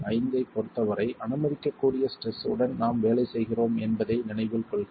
1905 ஐப் பொருத்தவரை அனுமதிக்கக்கூடிய ஸ்ட்ரெஸ் உடன் நாம் வேலை செய்கிறோம் என்பதை நினைவில் கொள்க